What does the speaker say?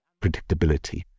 predictability